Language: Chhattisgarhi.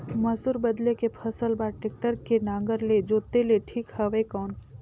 मसूर बदले के फसल बार टेक्टर के नागर ले जोते ले ठीक हवय कौन?